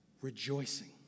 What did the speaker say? rejoicing